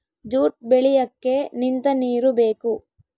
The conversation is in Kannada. ಜೂಟ್ ಬೆಳಿಯಕ್ಕೆ ನಿಂತ ನೀರು ಬೇಕು